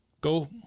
go